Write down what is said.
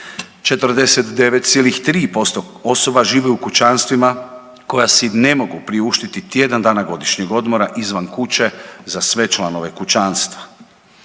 49,3% osoba živi u kućanstvima koja si ne mogu priuštiti tjedan godišnjeg odmora izvan kuće za sve članove kućanstva,